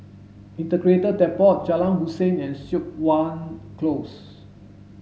Integrated Depot Jalan Hussein and Siok Wan Close